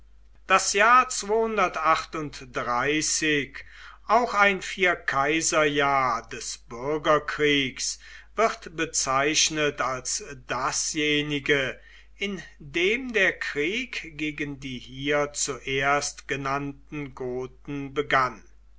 das auch ein vierkaiserjahr des bürgerkriegs wird bezeichnet als dasjenige in dem der krieg gegen die hier zuerst genannten goten begann